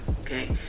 Okay